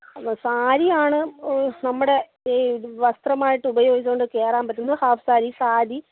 സാരിയാണ് നമ്മുടെ ഇത് വസ്ത്രമായിട്ട് ഉപയോഗിച്ചുകൊണ്ട് കയറാൻ പറ്റുന്ന ഹാഫ് സാരി സാരി